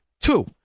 two